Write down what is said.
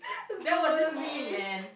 that wasn't mean man